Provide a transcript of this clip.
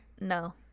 No